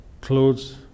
clothes